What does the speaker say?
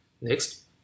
Next